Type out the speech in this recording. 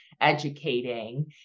educating